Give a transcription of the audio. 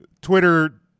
twitter